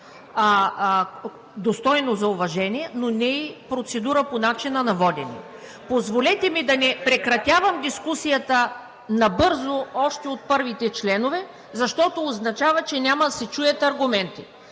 достойно за уважение, но не и процедура по начина на водене. Позволете ми да не прекратявам дискусията набързо още от първите членове, защото означава, че няма да се чуят аргументи.